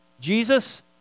Jesus